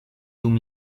dum